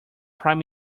prime